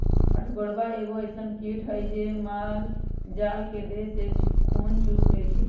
अठगोरबा एगो अइसन किट हइ जे माल जाल के देह से खुन चुस लेइ छइ